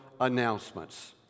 announcements